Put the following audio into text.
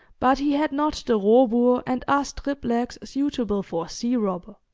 but he had not the robur and as triplex suitable for a sea-robber.